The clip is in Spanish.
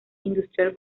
industrial